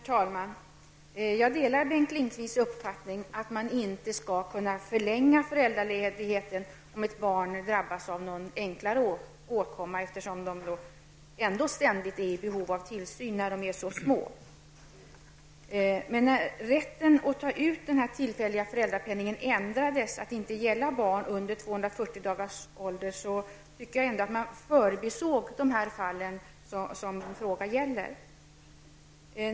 Herr talman! Jag delar Bengt Lindqvists uppfattning att man inte skall kunna förlänga föräldraledigheten om ett barn drabbas av någon enklare åkomma, eftersom så små barn ständigt är i behov av tillsyn. Men när bestämmelserna om tillfällig föräldrapenning ändrades till att inte omfatta barn under 240 dagars ålder förbisåg man de fall som min fråga gäller.